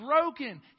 broken